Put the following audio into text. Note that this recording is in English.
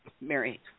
Mary